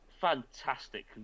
fantastic